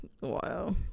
wow